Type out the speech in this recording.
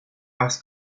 parce